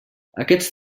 aquests